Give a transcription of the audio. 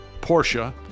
Porsche